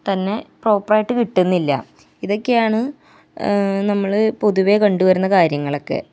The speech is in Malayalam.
തന്നെ പ്രോപ്പറായിട്ട് കിട്ടുന്നില്ല ഇതൊക്കെയാണ് നമ്മൾ പൊതുവെ കണ്ട് വരുന്ന കാര്യങ്ങളക്കെ